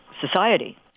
society